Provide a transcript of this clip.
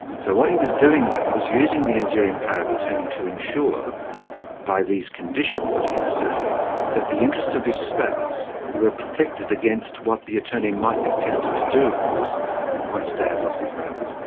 so what he was doing then was using the enduring power of attorney to ensure by these conditions that he inserted that the interests of his spouse were protected against what the attorney might be tempted to do of course once dad lost his marbles.